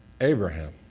Abraham